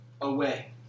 away